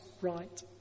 right